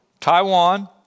Taiwan